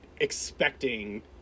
expecting